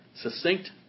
Succinct